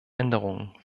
änderungen